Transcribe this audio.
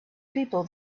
people